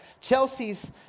Chelsea's